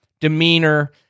demeanor